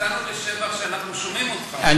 תציין אותנו לשבח שאנחנו שומעים אותך,